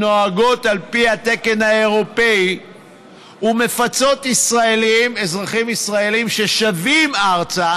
נוהגות על פי התקן האירופי ומפצות אזרחים ישראלים ששבים ארצה